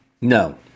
No